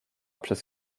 przez